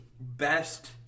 best